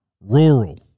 rural